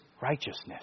righteousness